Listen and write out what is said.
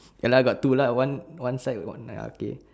ya lah got two lah one one side one lah okay